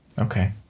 Okay